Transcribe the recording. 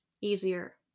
easier